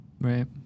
Right